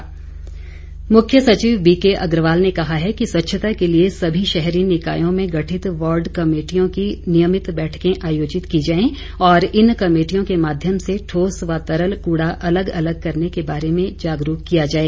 मुख्य सचिव मुख्य सचिव बीके अग्रवाल ने कहा है कि स्वच्छता के लिए सभी शहरी निकायों में गठित वॉर्ड कमेटियों की नियमित बैठकें आयोजित की जाएं और इन कमेटियों के माध्यम से ठोस व तरल कूड़ा अलग अलग करने के बारे में जागरूक किया जाए